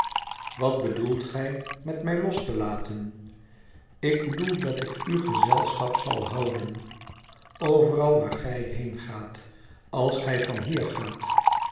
wat bedoelt gij met mij los te laten lik bedoel dat ik u gezelschap zal honden overal waar gij been gaat als j van hier gaat